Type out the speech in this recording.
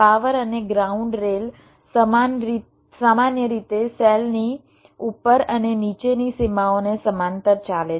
power અને ground rail સામાન્ય રીતે સેલ ની ઉપર અને નીચેની સીમાઓને સમાંતર ચાલે છે